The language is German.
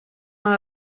man